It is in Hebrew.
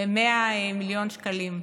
ב-100 מיליון שקלים,